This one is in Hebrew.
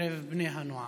בקרב בני הנוער.